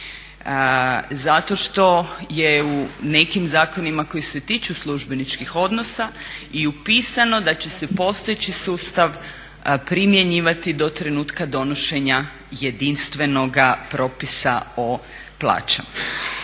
Zato što je u nekim zakonima koji se tiču službeničkih odnosa i upisano da će se postojeći sustav primjenjivati do trenutka donošenja jedinstvenoga propisa o plaćama.